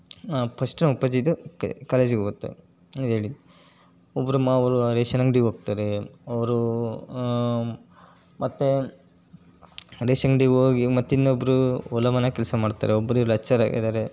first ನಮ್ಮ ಅಪ್ಪಾಜಿದು ಕೆ ಕಾಲೇಜಿಗೆ ಹೋಗುತ್ತು ಹೇಳಿ ಒಬ್ಬರು ಮಾವವ್ರು ರೇಷನ್ ಅಂಗ್ಡಿಗೆ ಹೋಗ್ತಾರೆ ಒಬ್ರು ಮತ್ತೆ ರೇಷಂಗ್ಡಿಗೆ ಹೋಗಿ ಮತ್ತು ಇನ್ನೊಬ್ಬರು ಹೊಲಮನೆ ಕೆಲಸ ಮಾಡ್ತಾರೆ ಒಬ್ಬರು ಲೆಕ್ಚರ್ ಆಗಿದ್ದಾರೆ